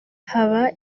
haba